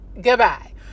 goodbye